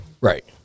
Right